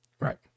right